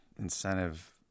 incentive